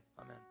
Amen